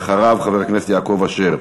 אחריו, חבר הכנסת יעקב אשר.